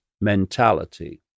mentality